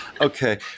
Okay